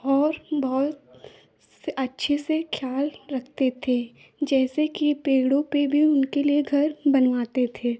और बहुत से अच्छे से ख्याल रखते थे जैसे कि पेड़ों पे भी उनके लिए घर बनवाते थे